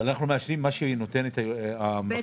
אבל אנחנו מאשרים מה שנותנת המבקר.